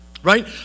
Right